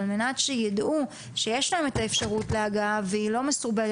על מנת שידעו שיש להם את האפשרות להגעה והיא לא מסורבלת.